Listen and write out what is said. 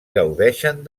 gaudeixen